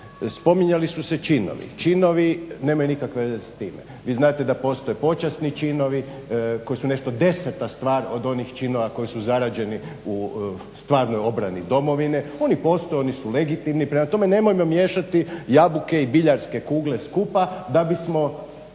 Spominjali su se činovi, činovi nemaju nikakve ve6e s time, vi znate da postoje počasni činovi, koji su nešto deseta stvar od činova koji su zarađeni u stvarnoj obrani domovine. Oni postoje, oni su legitimni, dakle nemojmo miješati jabuke i biljarske kugle skupa da bismo